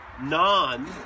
non